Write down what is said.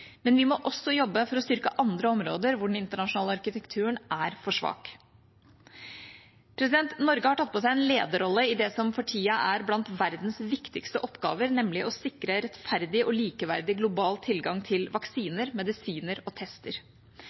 Men vi må også jobbe for å styrke andre områder der den internasjonale arkitekturen er for svak. Norge har tatt på seg en lederrolle i det som for tiden er blant verdens viktigste oppgaver, nemlig å sikre rettferdig og likeverdig global tilgang til vaksiner, medisiner og tester.